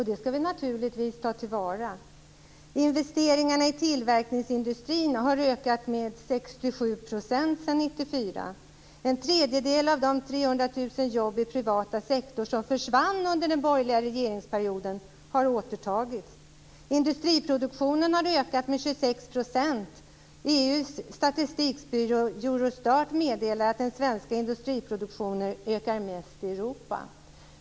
Det skall vi naturligtvis ta till vara. Investeringarna i tillverkningsindustrin har ökat med 67 % sedan 1994. En tredjedel av de 300 000 jobben i den privata sektorn som försvann under den borgerliga regeringsperioden har återtagits. Industriproduktionen har ökat med 26 %. EU:s statistikbyrå, Eurostat, meddelar att den svenska industriproduktionen ökar mest i Europa.